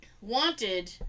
wanted